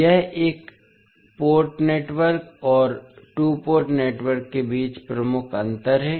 यह एक port network और टू पोर्ट नेटवर्क के बीच प्रमुख अंतर है